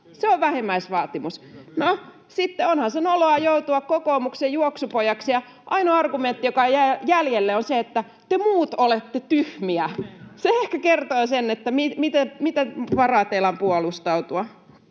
Se on vähimmäisvaatimus. No, onhan se sitten noloa joutua kokoomuksen juoksupojaksi ja ainoa argumentti, joka jää jäljelle, on se, että te muut olette tyhmiä. Se ehkä kertoo sen, että mitä varaa teillä on puolustautua.